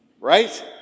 right